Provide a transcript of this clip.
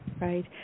right